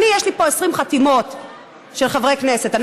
יש לי פה 20 חתימות של חברי כנסת.